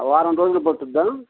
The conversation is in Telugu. వారం రోజులు పడుతుందా